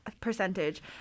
percentage